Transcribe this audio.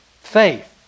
Faith